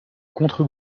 contre